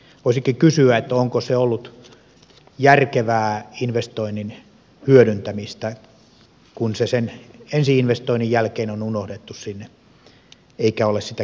voisikin kysyä onko se ollut järkevää investoinnin hyödyntämistä kun se sen ensi investoinnin jälkeen on unohdettu sinne eikä ole sitä kehittämistä tehty